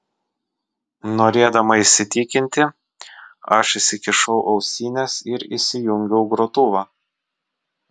norėdama įsitikinti aš įsikišau ausines ir įsijungiau grotuvą